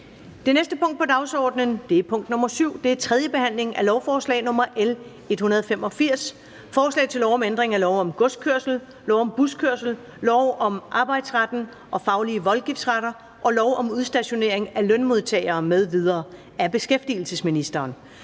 Det næste punkt på dagsordenen er: 7) 3. behandling af lovforslag nr. L 185: Forslag til lov om ændring af lov om godskørsel, lov om buskørsel, lov om Arbejdsretten og faglige voldgiftsretter og lov om udstationering af lønmodtagere m.v. (Fastlæggelse af et